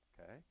okay